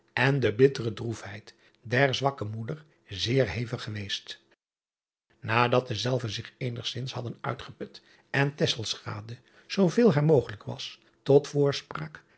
uisman de bittere droefheid der zwakke moeder zeer hevig geweest adat dezelve zich eenigzins hadden uitgeput en zoo veel haar mogelijk was tot